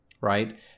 right